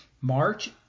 March